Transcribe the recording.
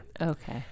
Okay